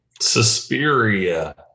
Suspiria